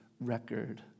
Record